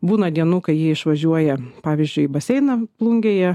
būna dienų kai jie išvažiuoja pavyzdžiui į baseiną plungėje